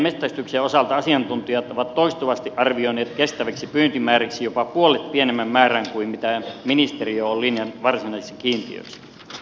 kalastuksen ja metsästyksen osalta asiantuntijat ovat toistuvasti arvioineet kestäviksi pyyntimääriksi jopa puolet pienemmän määrän kuin mitä ministeriö on linjannut varsinaisiksi kiintiöiksi